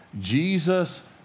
Jesus